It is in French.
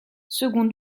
second